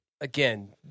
again